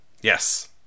yes